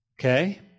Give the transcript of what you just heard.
okay